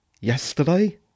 yesterday